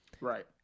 Right